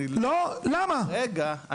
אני שואל מה הוביל לכך שהגענו להליך